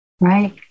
Right